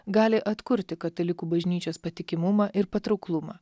gali atkurti katalikų bažnyčios patikimumą ir patrauklumą